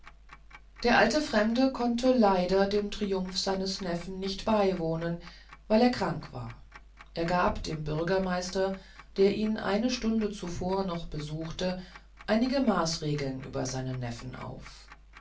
der alte fremde konnte leider dem triumph seines neffen nicht beiwohnen weil er krank war er gab aber dem bürgermeister der ihn eine stunde zuvor noch besuchte einige maßregeln über seinen neffen auf